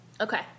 Okay